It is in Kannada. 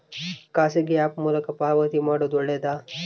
ಖಾಸಗಿ ಆ್ಯಪ್ ಮೂಲಕ ಪಾವತಿ ಮಾಡೋದು ಒಳ್ಳೆದಾ?